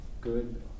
good